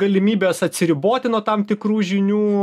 galimybės atsiriboti nuo tam tikrų žinių